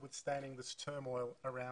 אני רואה CNN ואני רואה אנשים כמו רזא